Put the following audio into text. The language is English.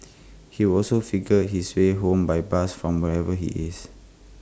he would also figure out his way home by bus from wherever he is